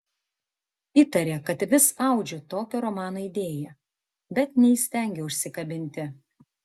įtarė kad vis audžiu tokio romano idėją bet neįstengiu užsikabinti